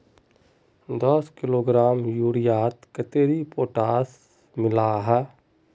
दस किलोग्राम यूरियात कतेरी पोटास मिला हाँ?